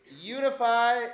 unify